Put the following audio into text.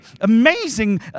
amazing